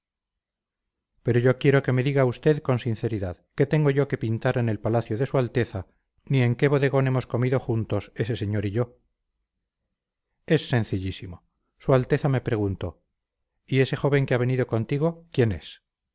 pero yo quiero que me diga usted con sinceridad qué tengo yo que pintar en el palacio de su alteza ni en que bodegón hemos comido juntos ese señor y yo es sencillísimo su alteza me preguntó y ese joven que ha venido contigo quién es